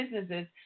businesses